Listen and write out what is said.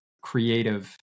creative